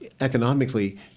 economically